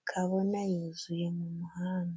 ukabona yuzuye mu muhanda.